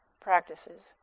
practices